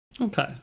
Okay